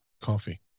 coffee